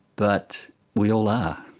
but we all are.